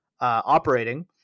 operating